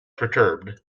perturbed